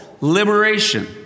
liberation